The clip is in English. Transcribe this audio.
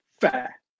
Fair